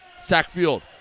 Sackfield